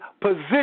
position